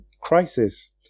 crisis